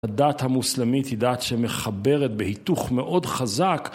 הדת המוסלמית היא דת שמחברת בהיתוך מאוד חזק